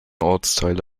ortsteile